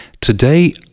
Today